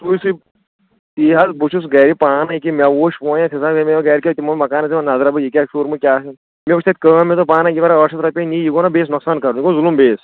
تی حظ بہٕ چھُس گرِ پانہٕ أکیٛاہ مےٚ وٕچھ وۄنۍ گرِکیو تِمو ووٚن مکانَس دِمو نظرا بہٕ یہِ کیٛاہ شوٗرمُت کیٛاہ وٕچھ مےٚ کٲم مےٚ دوٚپ پانا یِمَنہ ٲٹھ شَتھ رۄپیہِ نی یہِ گوٚو نا بیٚیِس نۄقصان کرُن یہِ گوٚو ظُلم بیٚیِس